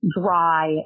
dry